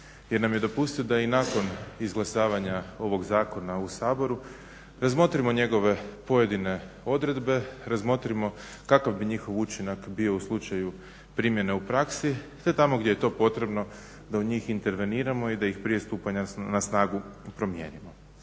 jer nam je dopustio da i nakon izglasavanja ovog zakona u Saboru razmotrimo njegove pojedine odredbe, razmotrimo kakav bi njihov učinak bio u slučaju primjene u praksi te tamo gdje je to potrebno da u njih interveniramo i da ih prije stupanja na snagu promijenimo.